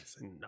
no